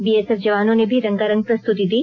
BSF जवानों ने भी रंगारंग प्रस्तुति दी